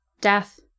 Death